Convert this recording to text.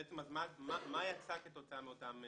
בעצם מה יצא כתוצאה מאותן השקעות?